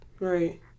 Right